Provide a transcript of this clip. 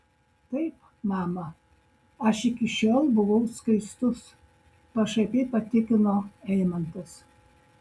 taip mama aš iki šiol buvau skaistus pašaipiai patikino eimantas